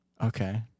Okay